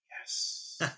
yes